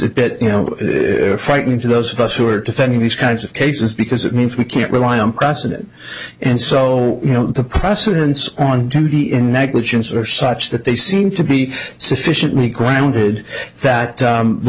a bit you know frightening to those of us who are defending these kinds of cases because it means we can't rely on precedent and so you know the precedents on t v in negligence are such that they seem to be sufficiently grounded that